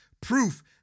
proof